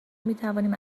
میتوانیم